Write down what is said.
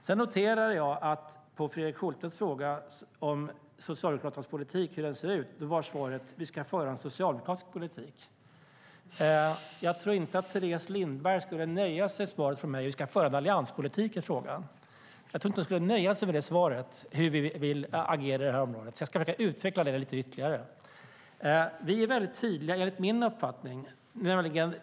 Sedan noterar jag att på Fredrik Schultes fråga om hur Socialdemokraternas politik ser ut var svaret: Vi ska föra en socialdemokratisk politik. Jag tror inte att Teres Lindberg skulle nöja sig med svaret från mig att vi ska föra en allianspolitik när det gäller hur vi vill agera på det här området, så jag ska försöka utveckla det lite ytterligare. Vi är, enligt min uppfattning, väldigt tydliga.